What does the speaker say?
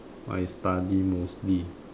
I study mostly